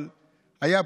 אבל היה פעם,